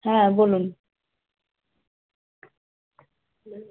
হ্যাঁ বলুন